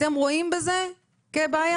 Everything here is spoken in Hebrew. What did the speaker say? אתם רואים בזה כבעיה.